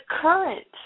current